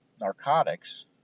narcotics